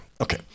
okay